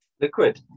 liquid